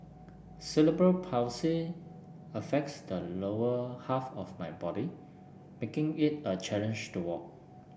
cerebral Palsy affects the lower half of my body making it a challenge to walk